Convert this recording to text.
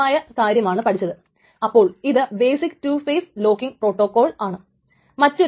രണ്ടാമത്തെ കാര്യമെന്തെന്നാൽ T യുടെ ടൈംസ്റ്റാമ്പ് x ന്റെ റൈറ്റ് സ്റ്റാമ്പിനേക്കാൾ ചെറുതാണ്